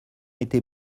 était